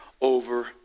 over